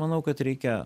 manau kad reikia